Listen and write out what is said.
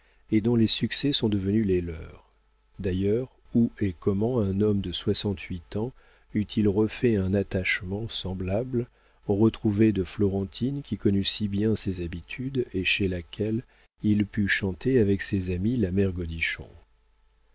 et dont les succès sont devenus les leurs d'ailleurs où et comment un homme de soixante-huit ans eût-il refait un attachement semblable retrouvé de florentine qui connût si bien ses habitudes et chez laquelle il pût chanter avec ses amis la mère